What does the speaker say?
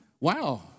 wow